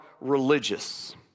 religious